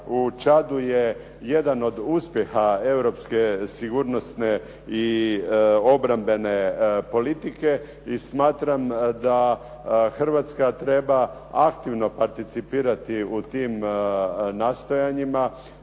u Čadu je jedan od uspjeha europske sigurnosne i obrambene politike i smatram da Hrvatska treba aktivno participirati u tim nastojanjima